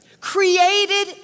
created